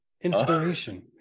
inspiration